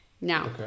Now